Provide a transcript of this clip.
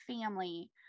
family